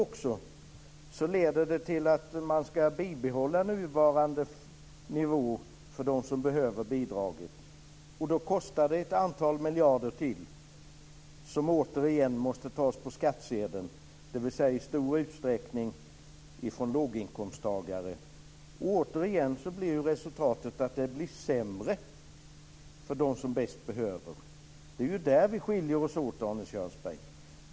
Eller så bibehåller man nuvarande nivå för dem som behöver bidraget, och då kostar det ett antal miljarder ytterligare som återigen måste tas på skattsedeln, dvs. i stor utsträckning från låginkomsttagare. Återigen blir resultatet att det blir sämre för dem som bäst behöver detta. Det är där vi skiljer oss åt, Arne Kjörnsberg.